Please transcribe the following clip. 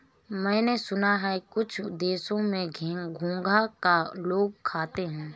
मैंने सुना है कुछ देशों में घोंघा को लोग खाते हैं